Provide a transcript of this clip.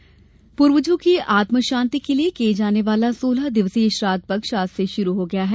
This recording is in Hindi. श्राद्व पक्ष पूर्वजों की आत्मशांति के लिये किये जाने वाला सोलह दिवसीय श्राद्व पक्ष आज से शुरू हो गया है